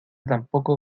tampoco